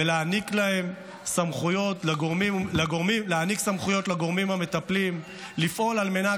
ולהעניק סמכויות לגורמים המטפלים לפעול על מנת